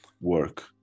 work